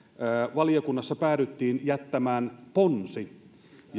valiokunnassa päädyttiin jättämään ponsi